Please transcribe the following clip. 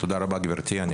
תודה רבה גברתי יושבת הראש,